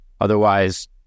otherwise